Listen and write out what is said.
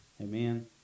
Amen